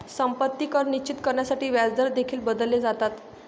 संपत्ती कर निश्चित करण्यासाठी व्याजदर देखील बदलले जातात